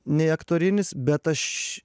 ne į aktorinis bet aš